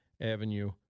Avenue